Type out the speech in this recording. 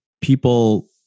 people